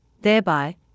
thereby